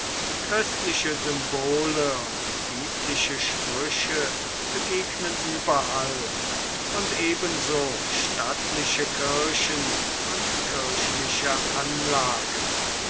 christliche symbole und biblische sprüche begegnen überall und ebenso stattliche kirchen und kirchliche anlagen